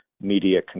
media